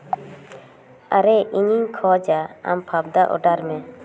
ᱟᱨᱮ ᱤᱧᱤᱧ ᱠᱷᱚᱡᱟ ᱟᱢ ᱯᱷᱟᱯᱫᱟ ᱚᱰᱟᱨ ᱢᱮ